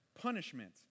punishment